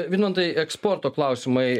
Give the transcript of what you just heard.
vidmantai eksporto klausimai